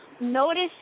notice